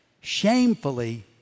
shamefully